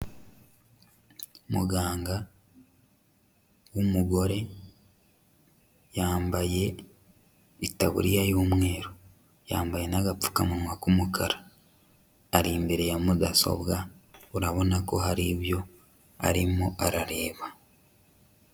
Muganga w'umugore yambaye itaburiya y'umweru, yambaye n'agapfukamunwa k'umukara, ari imbere ya mudasobwa urabona ko hari ibyo arimo arareba.